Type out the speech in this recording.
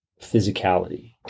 physicality